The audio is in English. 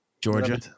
Georgia